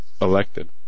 elected